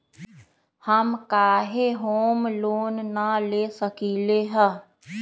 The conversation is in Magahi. हम काहे होम लोन न ले सकली ह?